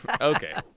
Okay